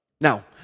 Now